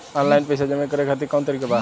Online पइसा जमा करे खातिर कवन तरीका बा?